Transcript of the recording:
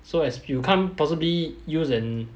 so as you can't possibly use and